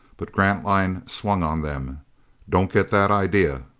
but grantline swung on them don't get that idea!